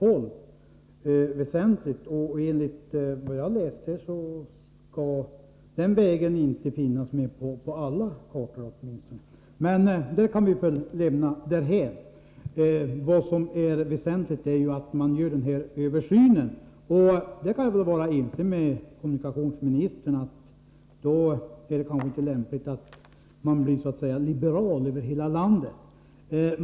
Det är viktigt, men enligt vad jag inhämtat skall den sträckan åtminstone inte finnas med på alla kartor. Detta kan vi emellertid lämna därhän. Väsentligt är ju att man gör den här översynen. Därvidlag är jag ense med kommunikationsministern, att det kanske inte är lämpligt att man så att säga blir liberal över hela landet.